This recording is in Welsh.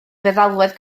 feddalwedd